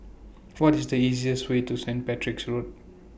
What IS The easiest Way to Saint Patrick's Road